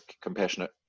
compassionate